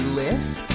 list